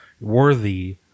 worthy